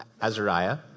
Azariah